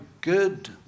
good